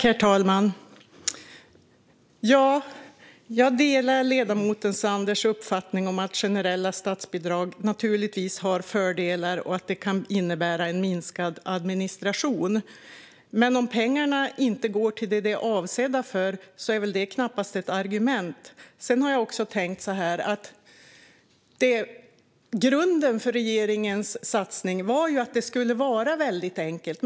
Herr talman! Jag delar ledamoten Sanders uppfattning om att generella statsbidrag naturligtvis har fördelar och att det kan innebära en minskad administration. Men om pengarna inte går till det som de är avsedda för är väl det knappast ett argument. Sedan har jag också tänkt så här: Grunden för regeringens satsning var att det skulle vara väldigt enkelt.